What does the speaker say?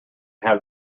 have